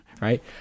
right